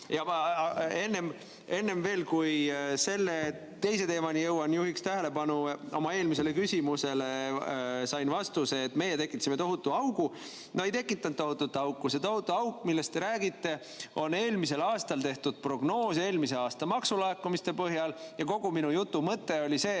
enne veel, kui ma selle teise teemani jõuan, juhin tähelepanu sellele: oma eelmisele küsimusele sain vastuseks, et meie tekitasime tohutu augu. No ei tekitanud tohutut auku. See tohutu auk, millest te räägite, on eelmisel aastal tehtud prognoos eelmise aasta maksulaekumiste põhjal ja kogu minu jutu mõte oli see,